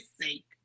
sake